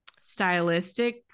stylistic